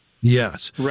Yes